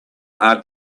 are